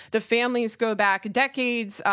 the families go back decades.